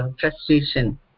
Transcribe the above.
frustration